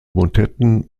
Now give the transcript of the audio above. motetten